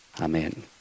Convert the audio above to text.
Amen